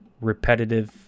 repetitive